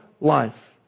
life